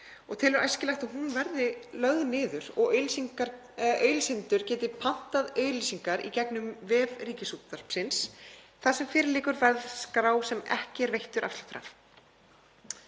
og telur æskilegt að hún verði lögð niður og auglýsendur geti pantað auglýsingar í gegnum vef Ríkisútvarpsins þar sem fyrir liggur verðskrá sem ekki er veittur afsláttur